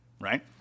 right